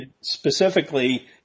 specifically